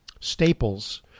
staples